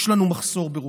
יש לנו מחסור ברופאים,